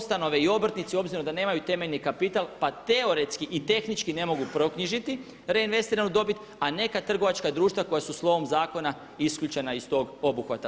Ustanove i obrtnici obzirom da nemaju temeljni kapital pa teoretski i tehnički ne mogu proknjižiti reinvestiranu dobit, a neka trgovačka društva koja su slovom zakona isključena iz tog obuhvata.